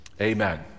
Amen